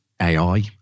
AI